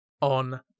on